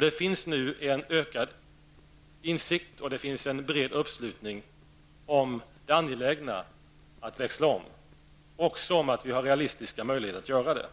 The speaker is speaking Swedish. Det finns nu en bred uppslutning kring och en ökad insikt om det angelägna i att växla om från inflationslöner och också om att vi har realistiska möjligheter att göra det.